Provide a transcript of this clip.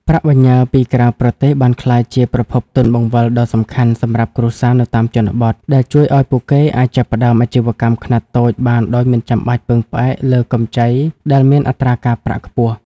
ប្រាក់បញ្ញើពីក្រៅប្រទេសបានក្លាយជាប្រភពទុនបង្វិលដ៏សំខាន់សម្រាប់គ្រួសារនៅតាមជនបទ ដែលជួយឱ្យពួកគេអាចចាប់ផ្ដើមអាជីវកម្មខ្នាតតូចបានដោយមិនចាំបាច់ពឹងផ្អែកលើកម្ចីដែលមានអត្រាការប្រាក់ខ្ពស់។